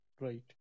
right